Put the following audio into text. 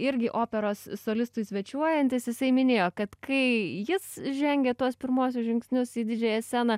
irgi operos solistui svečiuojantis jisai minėjo kad kai jis žengė tuos pirmuosius žingsnius į didžiąją sceną